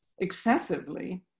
excessively